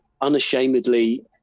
unashamedly